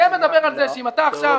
זה מדבר על זה שאם אתה עכשיו קיבלת,